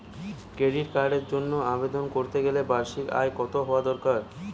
Credit কার্ডের জন্য আবেদন করতে গেলে বার্ষিক আয় কত হওয়া দরকার?